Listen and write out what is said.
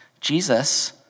Jesus